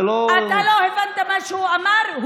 זה לא, אתה לא הבנת מה שהוא אמר.